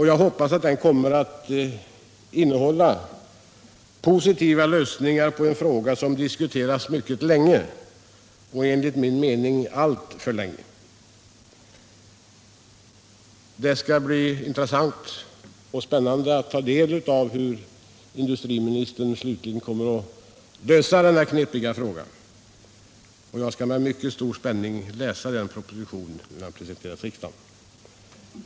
Jag hoppas att den kommer att innehålla positiva lösningar på en fråga som har diskuterats mycket länge — enligt min mening alltför länge. Det skall bli intressant att ta del av hur industriministern kommer att lösa denna knepiga fråga. Jag väntar med spänning på den propositionen.